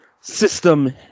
system